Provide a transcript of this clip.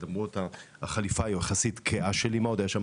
למרות החליפה היחסית כהה מאוד שלי.